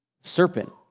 Serpent